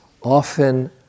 often